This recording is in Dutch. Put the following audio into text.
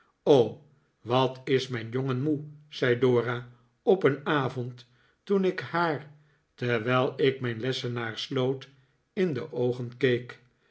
wat is mijn jongen moe zei dora op een avond toen ik haar terwijl ik mijn lessenaar sloot in de oogen